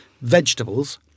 vegetables